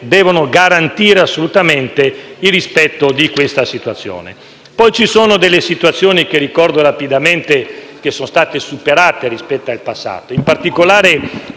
devono garantire assolutamente il rispetto di questa situazione. Poi ci sono delle situazioni, che ricordo rapidamente, che sono state superate rispetto al passato, in particolare,